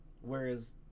Whereas